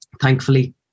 Thankfully